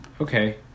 okay